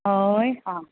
हय आं